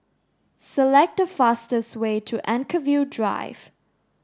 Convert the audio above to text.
select the fastest way to Anchorvale Drive